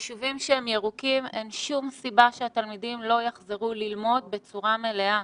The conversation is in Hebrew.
ביישובים שהם ירוקים אין שום סיבה שהתלמידים לא יחזרו ללמוד בצורה מלאה.